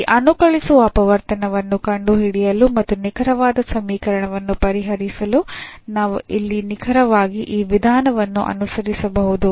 ಈ ಅನುಕಲಿಸುವ ಅಪವರ್ತನವನ್ನು ಕಂಡುಹಿಡಿಯಲು ಮತ್ತು ನಿಖರವಾದ ಸಮೀಕರಣವನ್ನು ಪರಿಹರಿಸಲು ನಾವು ಇಲ್ಲಿ ನಿಖರವಾಗಿ ಈ ವಿಧಾನವನ್ನು ಅನುಸರಿಸದಿರಬಹುದು